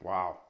Wow